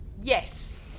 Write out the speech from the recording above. Yes